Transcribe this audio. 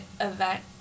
event